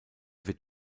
wird